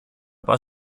πας